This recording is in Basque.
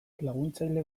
laguntzaile